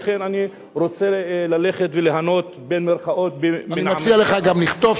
ולכן אני רוצה ללכת ו"ליהנות" אני מציע לך גם לכתוב